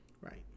Right